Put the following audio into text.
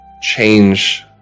change